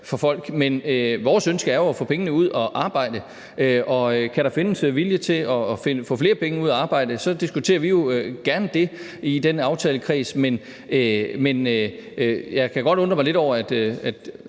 for folk. Men vores ønske er jo at få pengene ud at arbejde, og kan der findes vilje til at få flere penge ud at arbejde, så diskuterer vi jo gerne det i den aftalekreds. Men jeg kan godt undre mig lidt over, at